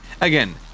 Again